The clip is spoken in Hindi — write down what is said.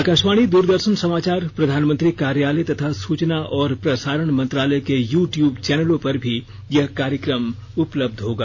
आकाशवाणी दूरदर्शन समाचार प्रधानमंत्री कार्यालय तथा सूचना और प्रसारण मंत्रालय के यू ट्यूब चैनलों पर भी यह कार्यक्रम उपलब्ध होगा